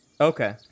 Okay